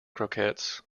croquettes